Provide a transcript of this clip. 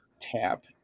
Tap